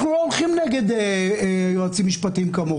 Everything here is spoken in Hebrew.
אנחנו לא הולכים כמוכם נגד יועצים משפטיים.